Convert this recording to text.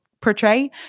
portray